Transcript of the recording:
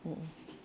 mmhmm